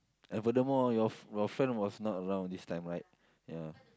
and furthermore your f~ your friend was not around this time right ya